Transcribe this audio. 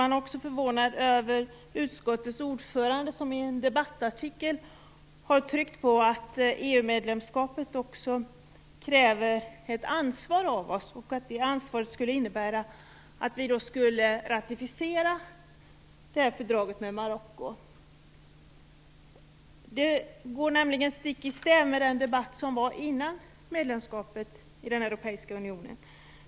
Jag är också förvånad över utskottets ordförande, som i en debattartikel har understrukit att medlemskapet också kräver ett ansvar av oss och att detta ansvar skulle innebära att vi ratificerade fördraget med Marocko. Det går nämligen stick i stäv med den debatt som fördes före medlemskapet i den europeiska unionen.